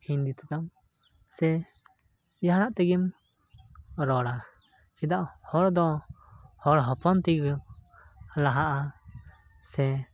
ᱦᱤᱱᱫᱤ ᱛᱮᱫᱚᱢ ᱥᱮ ᱡᱟᱦᱟᱱᱟᱜ ᱛᱮᱜᱮᱢ ᱨᱚᱲᱟ ᱪᱮᱫᱟᱜ ᱦᱚᱲ ᱫᱚ ᱦᱚᱲ ᱦᱚᱯᱚᱱ ᱛᱮᱜᱮ ᱞᱟᱦᱟᱜᱼᱟ ᱥᱮ